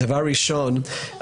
דבר ראשון,